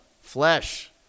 flesh